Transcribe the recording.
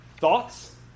Thoughts